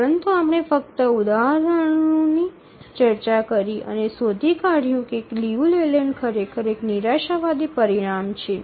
પરંતુ આપણે ફક્ત કેટલાક ઉદાહરણોની ચર્ચા કરી અને શોધી કાઢ્યું કે લિયુ લેલેન્ડ ખરેખર એક નિરાશાવાદી પરિણામ છે